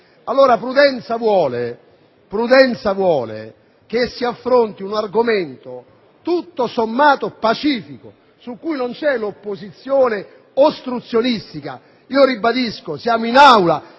Governo. Prudenza vuole allora che si affronti un argomento, tutto sommato pacifico, su cui non c'è un'opposizione ostruzionistica. Ribadisco, siamo in Aula